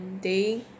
day